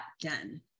done